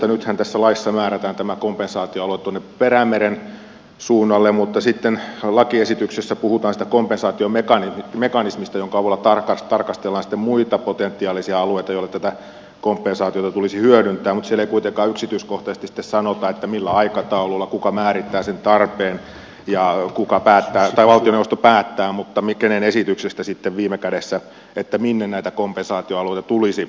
nythän tässä laissa määrätään tämä kompensaatioalue tuonne perämeren suunnalle mutta sitten lakiesityksessä puhutaan siitä kompensaatiomekanismista jonka avulla tarkastellaan sitten muita potentiaalisia alueita joilla tätä kompensaatiota tulisi hyödyntää mutta siellä ei kuitenkaan yksityiskohtaisesti sitten sanota millä aikataululla kuka määrittää sen tarpeen ja kuka päättää tai valtioneuvosto päättää mutta kenen esityksestä sitten viime kädessä minne näitä kompensaatioalueita tulisi